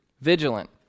vigilant